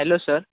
hello sir